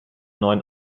neuen